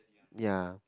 ya